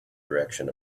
direction